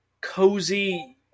cozy